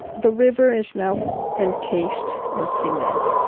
the river is now encased in cement.